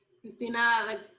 Christina